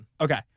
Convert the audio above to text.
Okay